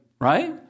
right